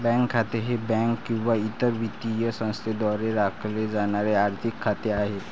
bank खाते हे bank किंवा इतर वित्तीय संस्थेद्वारे राखले जाणारे आर्थिक खाते आहे